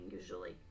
usually